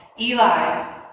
Eli